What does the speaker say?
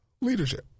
leadership